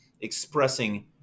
expressing